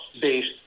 based